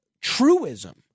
truism